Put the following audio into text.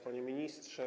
Panie Ministrze!